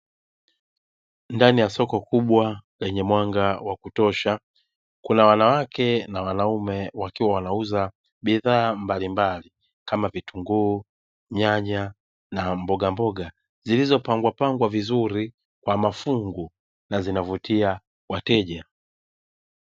Ndani ya soko kubwa lenye mwanga wa kutosha kuna wanawake na wanaume wakiwa wanauza bidhaa mbalimbali kama vitunguu, nyanya na mbogamboga zilizo pangwa pangwa vizuri kwa mafungu na zinavutia wateja.